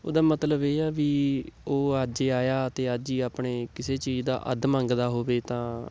ਉਹਦਾ ਮਤਲਬ ਇਹ ਆ ਵੀ ਉਹ ਅੱਜ ਆਇਆ ਅਤੇ ਅੱਜ ਹੀ ਆਪਣੇ ਕਿਸੇ ਚੀਜ਼ ਦਾ ਅੱਧ ਮੰਗਦਾ ਹੋਵੇ ਤਾਂ